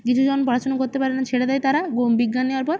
কিছু জন পড়াশোনা করতে পারে না ছেড়ে দেয় তারা বিজ্ঞান নেওয়ার পর